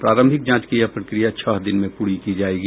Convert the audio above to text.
प्रारंभिक जांच की यह प्रक्रिया छह दिन में प्ररी की जाएगी